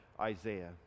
Isaiah